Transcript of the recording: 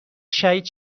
شهید